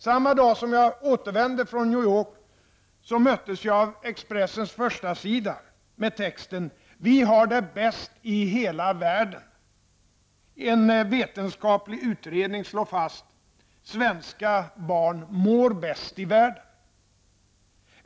Samma dag som jag återvände från New York möttes jag av Expressens förstasida med texten: ''Vi har det bäst i hela världen.'' En vetenskaplig utredning slår fast: ''Svenska barn mår bäst i världen.''